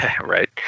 Right